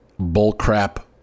bullcrap